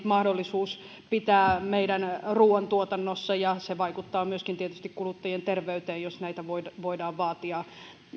mahdollisuus pitää esimerkiksi meidän ruuantuotannossa eurooppalaiset tiukemmat standardit ja se vaikuttaa tietysti myöskin kuluttajien terveyteen jos niitä voidaan vaatia